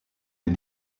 les